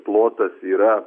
plotas yra